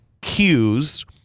cues